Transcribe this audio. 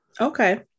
okay